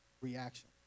reaction